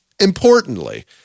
importantly